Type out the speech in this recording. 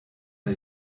der